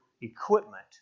equipment